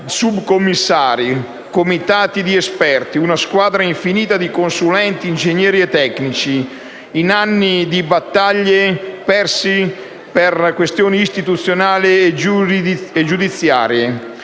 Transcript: subcommissari, comitati di esperti, una squadra infinita di consulenti, ingegneri e tecnici, in anni di battaglie perse per questioni istituzionali e giudiziarie,